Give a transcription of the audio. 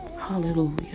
Hallelujah